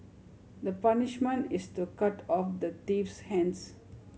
the punishment is to cut off the thief's hands